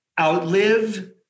outlive